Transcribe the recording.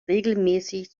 regelmäßig